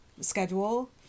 schedule